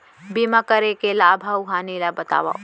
बीमा करे के लाभ अऊ हानि ला बतावव